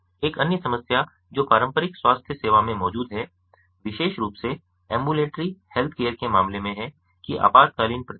एक अन्य समस्या जो पारंपरिक स्वास्थ्य सेवा में मौजूद है विशेष रूप से एम्बुलेटरी हेल्थकेयर के मामले में है कि आपातकालीन प्रतिक्रिया